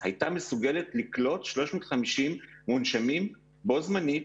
הייתה מסוגלת לקלוט 350 מונשמים בו זמנית